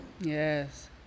Yes